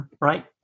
right